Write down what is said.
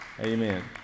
Amen